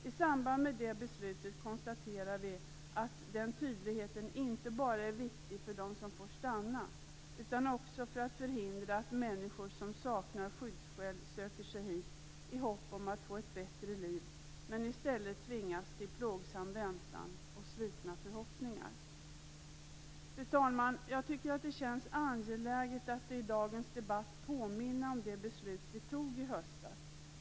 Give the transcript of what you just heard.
I samband med det beslutet konstaterar vi att den tydligheten inte bara är viktig för dem som får stanna utan också för att förhindra att människor som saknar skyddsskäl söker sig hit i hopp om att få ett bättre liv men i stället tvingas till plågsam väntan och svikna förhoppningar. Fru talman! Jag tycker att det känns angeläget att i dagens debatt påminna om det beslut som vi fattade i höstas.